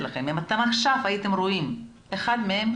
לכם שאם אתם עכשיו הייתם רואים אחד מהם,